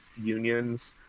unions